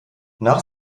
nach